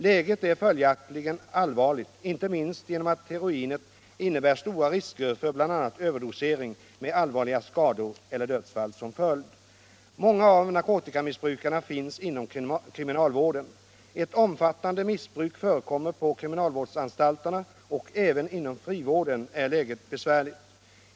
Läget är följaktligen allvarligt, inte minst genom att heroinet innebär stora risker för bl.a. överdosering med allvarliga skador eller dödsfall som följd. Många av narkotikamissbrukarna finns inom kriminalvården. Ett om = Nr 31 fattande missbruk förekommer på kriminalvårdsanstalterna, och även Tisdagen den inom frivården är läget besvärligt.